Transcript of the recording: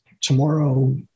tomorrow